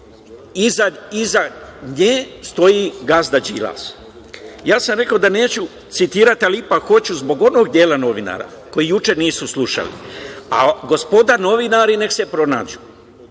iza nje stoji gazda Đilas. Rekao sam da neću citirati, ali ipak hoću zbog onoga dela novinara koji juče nisu slušali, a gospoda novinari neka se pronađu